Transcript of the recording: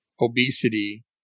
obesity